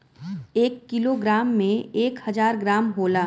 एक kilo gram में एक हजार ग्राम होला